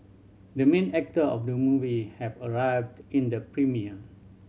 the main actor of the movie have arrived in the premiere